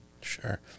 Sure